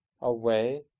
away